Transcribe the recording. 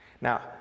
Now